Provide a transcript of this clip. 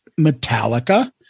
Metallica